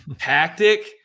tactic